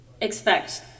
expect